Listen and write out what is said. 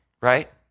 right